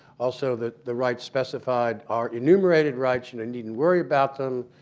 also, the the right specified our enumerated rights, and and needn't worry about them.